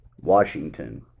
Washington